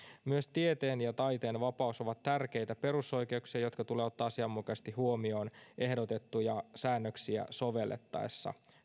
myös tieteen ja taiteen vapaus ovat tärkeitä perusoikeuksia jotka tulee ottaa asianmukaisesti huomioon ehdotettuja säännöksiä sovellettaessa